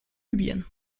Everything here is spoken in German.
libyen